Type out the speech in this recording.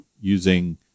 using